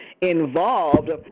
involved